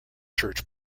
church